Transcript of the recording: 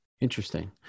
Interesting